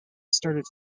started